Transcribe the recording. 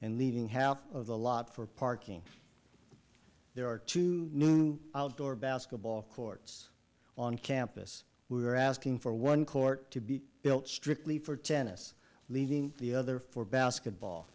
and leaving half of the lot for parking there are two outdoor basketball courts on campus we are asking for one court to be built strictly for tennis leaving the other for basketball